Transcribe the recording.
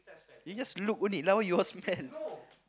you just look only lah why you all smell